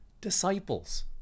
disciples